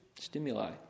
stimuli